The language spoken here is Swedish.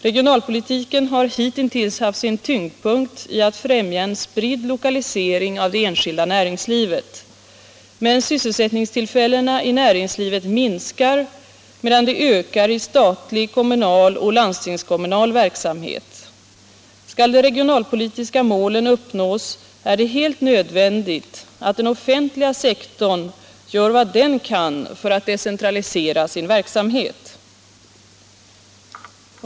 Regionalpolitiken har hittintills haft sin tyngdpunkt i att främja en spridd lokalisering av det enskilda näringslivet, men sysselsättningstillfällena i näringslivet minskar medan de ökar i statlig, kommunal och landstingskommunal verksamhet. Skall de regionalpolitiska målen uppnås, är det helt nödvändigt att den offentliga sektorn gör vad den kan för att decentralisera sin verksamhet.